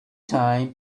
time